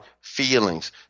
feelings